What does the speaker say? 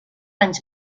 anys